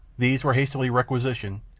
these were hastily requisitioned,